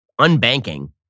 unbanking